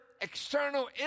external